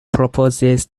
proposes